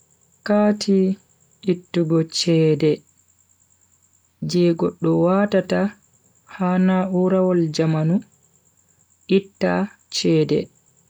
Kathi ittubo chede Je guddu watata hana urawol jamanu itta chede